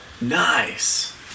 Nice